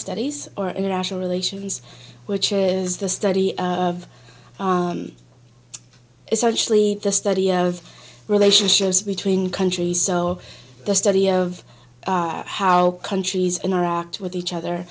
studies or international relations which is the study of essentially the study of relationships between countries so the study of how countries interact with each other